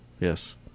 Yes